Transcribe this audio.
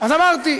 אז אמרתי,